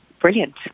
brilliant